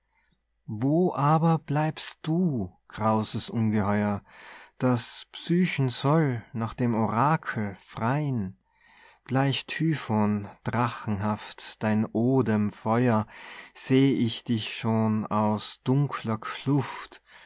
wo aber bleibst du grauses ungeheuer das psychen soll nach dem orakel frei'n gleich typhon drachenhaft dein odem feuer seh ich dich schon aus dunkler kluft